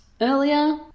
earlier